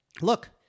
look